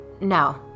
No